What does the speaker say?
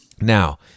Now